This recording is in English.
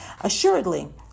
Assuredly